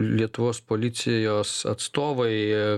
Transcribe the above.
lietuvos policijos atstovai